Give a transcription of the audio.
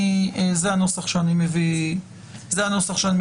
זה הנוסח שאני מביא להצבעה.